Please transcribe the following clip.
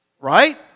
Right